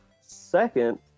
Second